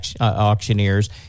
auctioneers